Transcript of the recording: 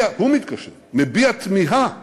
הוא מתקשר, מביע תמיהה